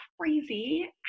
crazy